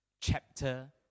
chapter